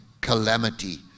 calamity